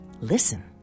Listen